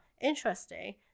interesting